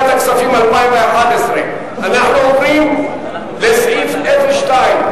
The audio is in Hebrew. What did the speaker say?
הכספים 2011. אנחנו עוברים לסעיף 02,